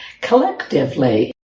collectively